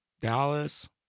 dallas